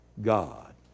God